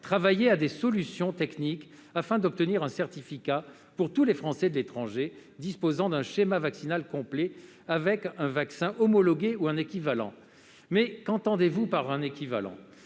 travailler à des solutions techniques afin d'obtenir un certificat pour tous les Français de l'étranger disposant d'un schéma vaccinal complet effectué avec un vaccin homologué ou un équivalent. Mais qu'entendez-vous par « un équivalent »